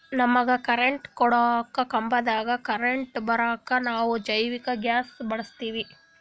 ನಮಗ ಕರೆಂಟ್ ಕೊಡೊ ಕಂಬದಾಗ್ ಕರೆಂಟ್ ಬರಾಕ್ ನಾವ್ ಜೈವಿಕ್ ಗ್ಯಾಸ್ ಬಳಸ್ತೀವಿ